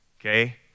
Okay